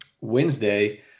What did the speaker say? Wednesday